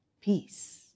peace